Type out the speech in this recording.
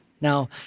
now